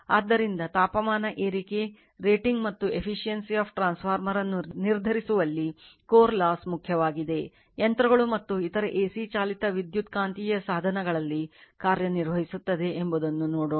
ಆದ್ದರಿಂದ ತಾಪಮಾನ ಏರಿಕೆ rating ಮತ್ತು efficiency of transformer ನ್ನು ನಿರ್ಧರಿಸುವಲ್ಲಿ core loss ಮುಖ್ಯವಾಗಿದೆ ಯಂತ್ರಗಳು ಮತ್ತು ಇತರ AC ಚಾಲಿತ ವಿದ್ಯುತ್ಕಾಂತೀಯ ಸಾಧನಗಳಲ್ಲಿ ಕಾರ್ಯನಿರ್ವಹಿಸುತ್ತದೆ ಎಂಬುದನ್ನು ನೋಡೋಣ